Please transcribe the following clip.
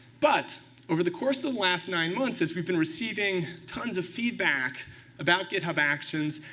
but over the course of the last nine months, as we've been receiving tons of feedback about github actions,